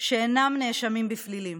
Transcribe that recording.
שאינם נאשמים בפלילים.